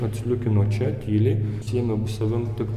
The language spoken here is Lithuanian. atsliūkino čia tyliai pasiėmė savim tik